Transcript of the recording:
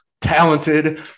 talented